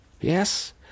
Yes